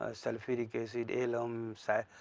ah sulphuric acid, alum,